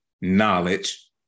knowledge